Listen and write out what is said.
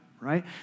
right